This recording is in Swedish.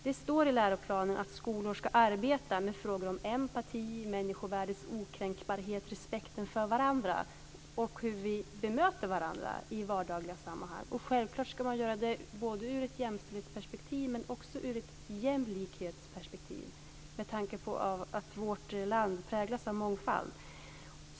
Det står i läroplanen att skolor ska arbeta med frågor om empati, människovärdets okränkbarhet, respekt för varandra och hur vi bemöter varandra i vardagliga sammanhang. Självklart ska man göra det ur ett jämställdhetsperspektiv, men också ur ett jämlikhetsperspektiv, med tanke på att vårt land präglas av mångfald.